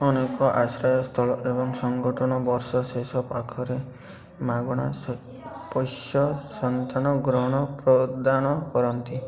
ଅନେକ ଆଶ୍ରୟସ୍ଥଳ ଏବଂ ସଂଗଠନ ବର୍ଷ ଶେଷ ପାଖରେ ମାଗଣା ସ ପୋଷ୍ୟ ସନ୍ତାନ ଗ୍ରହଣ ପ୍ରଦାନ କରନ୍ତି